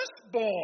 firstborn